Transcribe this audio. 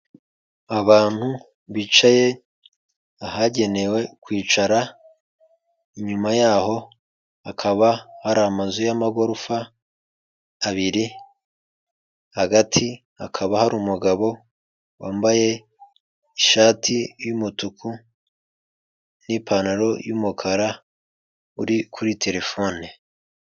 Abantu bicaye ahagenewe kwicara inyuma yaho hakaba hari amazu y'amagorofa abiri, hagati hakaba hari umugabo wambaye ishati yumutuku, n'ipantaro y'umukara uri kuri terefone.